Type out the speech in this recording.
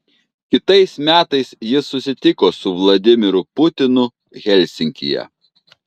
kitais metais ji susitiko su vladimiru putinu helsinkyje